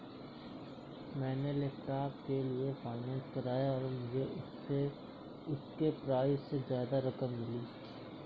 मैंने लैपटॉप के लिए फाइनेंस कराया और मुझे उसके प्राइज से ज्यादा रकम मिली